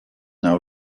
now